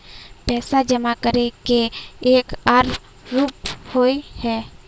पैसा जमा करे के एक आर रूप होय है?